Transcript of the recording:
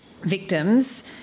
victims